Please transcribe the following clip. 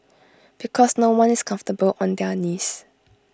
because no one is comfortable on their knees